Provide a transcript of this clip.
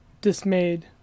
dismayed